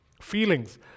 Feelings